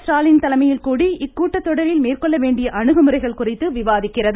ஸ்டாலின் தலைமையில் கூடி இக்கூட்டத்தொடரில் மேற்கொள்ள வேண்டிய அணுகுமுறைகள் குறித்து விவாதிக்கிறது